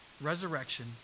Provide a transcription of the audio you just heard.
resurrection